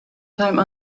time